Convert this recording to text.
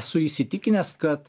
esu įsitikinęs kad